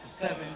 seven